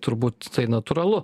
turbūt tai natūralu